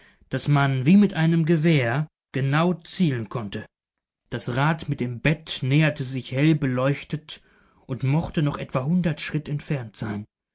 daß man wie mit einem gewehr genau zielen konnte das rad mit dem bed näherte sich hell beleuchtet und mochte noch etwa hundert schritt entfernt sein